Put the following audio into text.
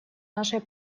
нашей